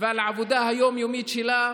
ועל העבודה היום-יומית שלה.